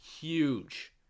huge